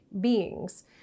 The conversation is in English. beings